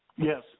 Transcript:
Yes